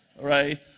right